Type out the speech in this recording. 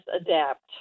adapt